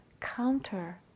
counter